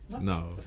No